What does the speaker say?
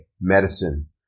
medicine